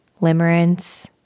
Limerence